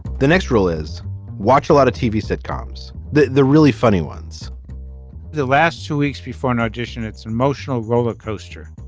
the next rule is watch a lot of tv sitcoms the the really funny ones the last two weeks before an audition it's emotional roller coaster.